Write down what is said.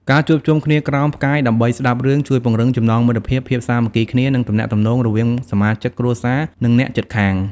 ការជួបជុំគ្នាក្រោមផ្កាយដើម្បីស្ដាប់រឿង ជួយពង្រឹងចំណងមិត្តភាព ភាពសាមគ្គីគ្នា និងទំនាក់ទំនងរវាងសមាជិកគ្រួសារ និងអ្នកជិតខាង ។